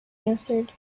answered